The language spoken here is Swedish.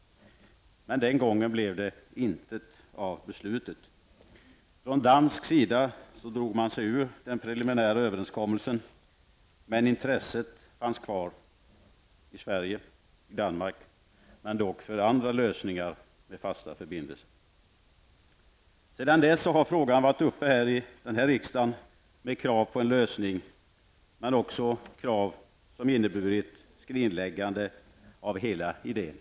Men den gången blev det intet av beslutet. Från dansk sida drog man sig ur den preliminära överenskommelsen, men intresset fanns kvar i Sverige och i Danmark, dock för andra lösningar med fasta förbindelser. Sedan dess har frågan varit uppe i denna riksdag med krav på en lösning men också krav som inneburit skrinläggande av hela idén.